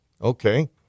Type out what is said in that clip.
Okay